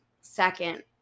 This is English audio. second